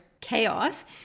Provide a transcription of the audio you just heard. chaos